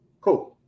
cool